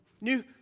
new